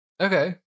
Okay